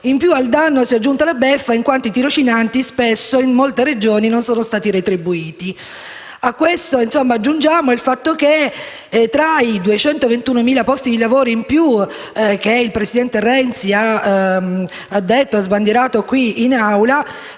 In più al danno si è aggiunta la beffa in quanto spesso i tirocinanti in molte Regioni non sono stati retribuiti. A questo aggiungiamo il fatto che, tra i 221.000 posti di lavoro in più che il presidente Renzi ha sbandierato qui in Aula,